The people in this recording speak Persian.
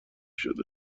شده